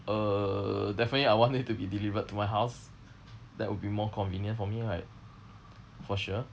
uh definitely I want it to be delivered to my house that would be more convenient for me right for sure